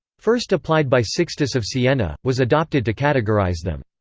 first applied by sixtus of siena, was adopted to categorise them.